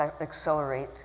accelerate